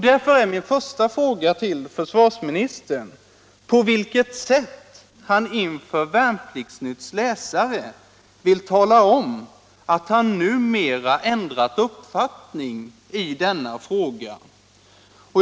Därför är min första fråga till försvarsministern på vilket sätt han inför Värnplikts-Nytts läsare vill tala om att han numera ändrat uppfattning i denna sak.